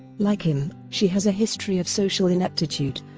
like him, she has a history of social ineptitude